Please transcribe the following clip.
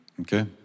okay